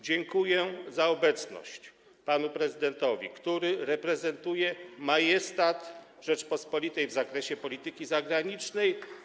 Dziękuję za obecność panu prezydentowi, który reprezentuje majestat Rzeczypospolitej w zakresie polityki zagranicznej.